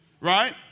right